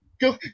go